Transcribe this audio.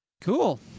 Cool